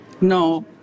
No